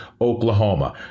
Oklahoma